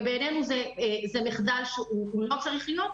ובעינינו זה מחדל שלא צריך להיות.